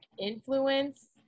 influence